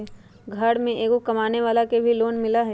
घर में एगो कमानेवाला के भी लोन मिलहई?